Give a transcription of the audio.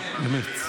אמת.